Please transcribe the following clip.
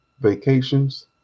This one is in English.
vacations